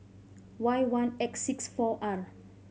Y one X six four R